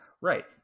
Right